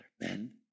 Men